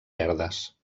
verdes